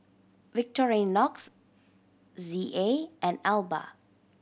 Victorinox Z A and Alba